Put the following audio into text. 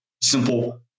simple